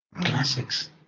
Classics